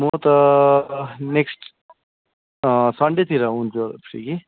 म त नेक्स्ट सनडेतिर हुन्छु फ्री कि